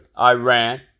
Iran